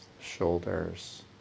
shoulders